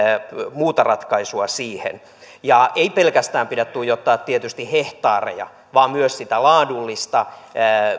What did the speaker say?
muuta ratkaisua siihen ei tietysti pelkästään pidä tuijottaa hehtaareja vaan myös sitä laadullista